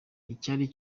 icyari